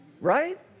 right